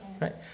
right